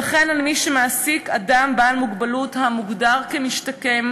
וכן על מי שמעסיק אדם בעל מוגבלות המוגדר כמשתקם,